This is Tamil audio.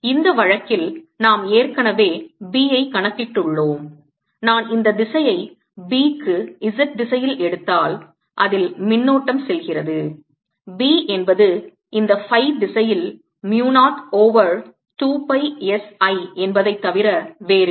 இந்த வழக்கில் நாம் ஏற்கனவே B ஐ கணக்கிட்டுள்ளோம் நான் இந்த திசையை B க்கு z திசையில் எடுத்தால் அதில் மின்னோட்டம் செல்கிறது B என்பது இந்த phi திசையில் mu 0 over 2 pi s I என்பதைத் தவிர வேறில்லை